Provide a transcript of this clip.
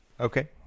Okay